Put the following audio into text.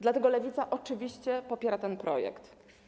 Dlatego Lewica oczywiście popiera ten projekt.